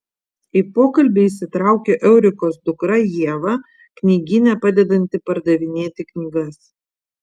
į pokalbį įsitraukia eurikos dukra ieva knygyne padedanti pardavinėti knygas